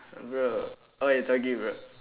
bro oh it's okay bro